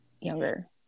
younger